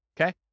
Okay